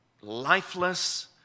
lifeless